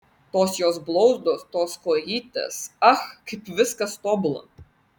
tos jos blauzdos tos kojytės ach kaip viskas tobula